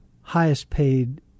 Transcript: highest-paid